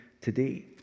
today